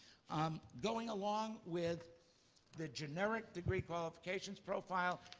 um going along with the generic degree qualifications profile,